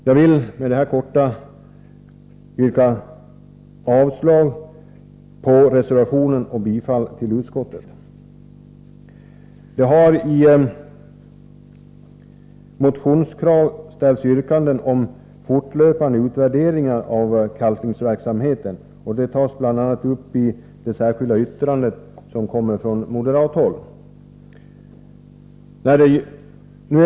Jag vill med denna korta motivering yrka bifall till utskottets hemställan under mom. 10 och därmed avslag på reservation 6. I motioner har det framställts yrkanden om fortlöpande utvärderingar av kalkningsverksamheten, och den frågan tas bl.a. uppi det särskilda yttrandet nr 3 från moderaterna.